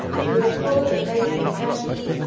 he was called the patriot hampden,